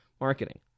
marketing